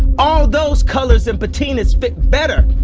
all those colours and patinas fit better